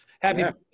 happy